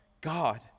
God